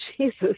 Jesus